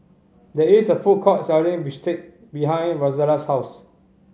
there is a food court selling bistake behind Rozella's house